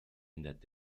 ändert